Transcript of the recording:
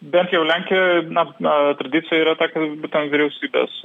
bent jau lenkijoj na tradicija yra ta kad būtent vyriausybės